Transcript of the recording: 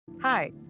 Hi